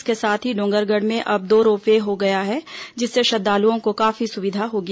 इसके साथ ही डोंगरगढ़ में अब दो रोप पे हो गया है जिससे श्रद्धालुओं को काफी सुविधा होगी